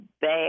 bad